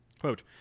Quote